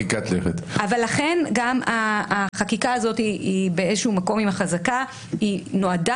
לכן גם החקיקה הזאת באיזה מקום עם החזקה נועדה